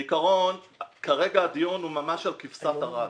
בעיקרון, כרגע הדיון הוא ממש על כבשת הרש.